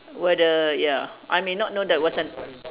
where the ya I may not know there was an